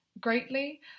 greatly